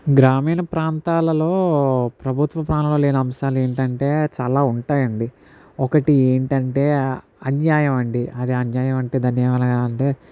గ్రామీణ ప్రాంతాలలో ప్రభుత్వ ప్రమేయం లేని అంశాలేంటంటే చాలా ఉంటాయండి ఒకటి ఏంటంటే అన్యాయమండీ అది అన్యాయం అంటే దాన్ని ఏమనాలంటే